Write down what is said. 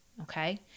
okay